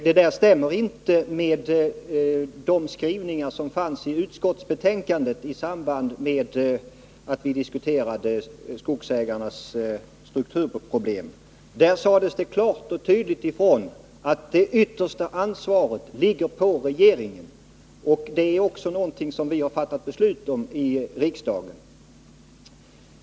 Det stämmer inte med skrivningarna i utskottsbetänkandet i samband med att vi i våras diskuterade skogsägarnas strukturproblem. Där sades det klart och tydligt ifrån att det yttersta ansvaret ligger på regeringen. Det är också någonting som vi har fattat beslut om i riksdagen.